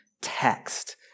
text